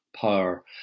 power